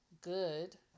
good